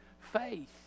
faith